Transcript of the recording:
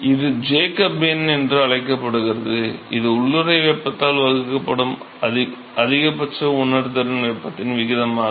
இது ஜேக்கப் எண் என்று அழைக்கப்படுகிறது இது உள்ளூறை வெப்பத்தால் வகுக்கப்படும் அதிகபட்ச உணர்திறன் வெப்பத்தின் விகிதமாகும்